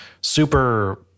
super –